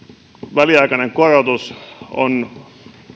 väliaikainen korotus on